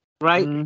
right